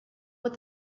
with